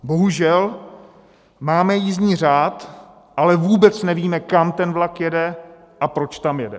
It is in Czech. Bohužel, máme jízdní řád, ale vůbec nevíme, kam ten vlak jede a proč tam jede.